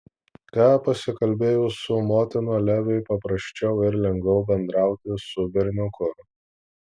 ką pasikalbėjus su motina leviui paprasčiau ir lengviau bendrauti su berniuku